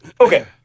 Okay